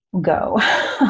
go